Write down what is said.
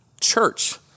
church